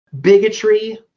Bigotry